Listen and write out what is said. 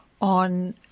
on